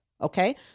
Okay